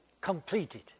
completed